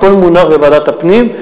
הכול מונח בוועדת הפנים.